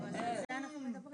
אבל על זה אנחנו מדברים.